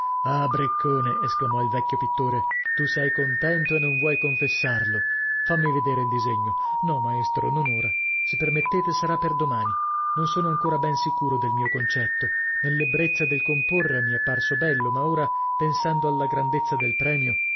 ah briccone esclamò il vecchio pittore tu sei contento e non vuoi confessarlo fammi vedere il disegno no maestro non ora se permettete sarà per domani non sono ancora ben sicuro del mio concetto nell'ebbrezza del comporre mi è parso bello ma ora pensando alla grandezza del premio